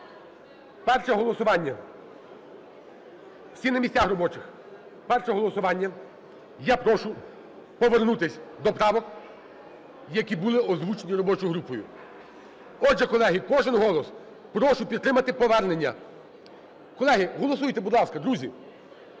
Перше голосування. Всі на місцях робочих. Перше голосування. Я прошу повернутися до правок, які були озвучені робочою групою. Отже, колеги, кожен голос! Прошу підтримати повернення. Колеги, голосуйте. Будь ласка, друзі.